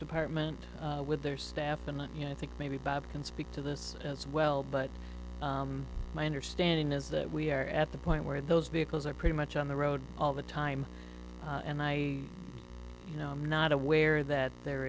department with their staff and then you know i think maybe bob can speak to this as well but my understanding is that we are at the point where those vehicles are pretty much on the road all the time and i you know i'm not aware that there